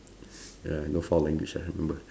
uh no foul language ah remember